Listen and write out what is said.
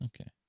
Okay